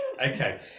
Okay